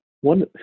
one